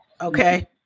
Okay